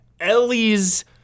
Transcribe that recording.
Ellie's